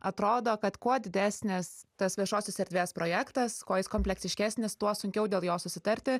atrodo kad kuo didesnis tas viešosios erdvės projektas kuo jis kompleksiškesnis tuo sunkiau dėl jo susitarti